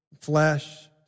flesh